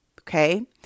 Okay